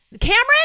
Cameron